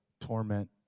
torment